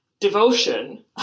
devotion